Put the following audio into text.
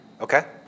Okay